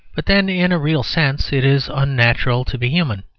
but then in a real sense it is unnatural to be human.